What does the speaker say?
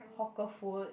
hawker food